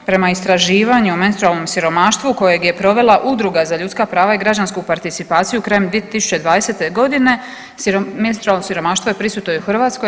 Prema istraživanju o menstrualnom siromaštvu kojeg je provela Udruga za ljudska prava i građansku participaciju krajem 2020. godine menstrualno siromaštvo je prisutno i u Hrvatskoj.